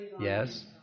Yes